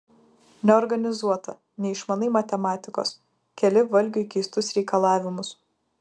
neorganizuota neišmanai matematikos keli valgiui keistus reikalavimus